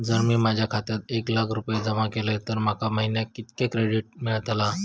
जर मी माझ्या खात्यात एक लाख रुपये जमा केलय तर माका महिन्याक कितक्या क्रेडिट मेलतला?